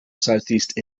southeast